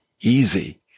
easy